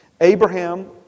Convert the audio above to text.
Abraham